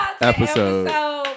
episode